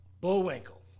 Bullwinkle